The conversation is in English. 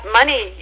money